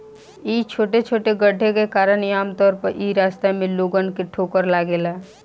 इ छोटे छोटे गड्ढे के कारण ही आमतौर पर इ रास्ता में लोगन के ठोकर लागेला